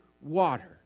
water